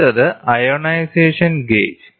അടുത്തത് ionisation gauge